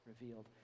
revealed